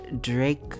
Drake